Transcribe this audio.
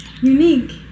unique